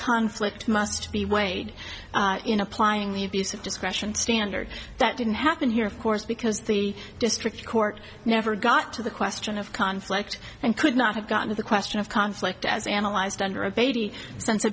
conflict must be weighed in applying the abuse of discretion standard that didn't happen here of course because the district court never got to the question of conflict and could not have gotten to the question of conflict as analyzed under a baby